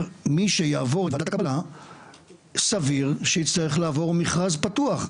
מי שיעבור את ועדת הקבלה סביר שיצטרך לעבור מכרז פתוח.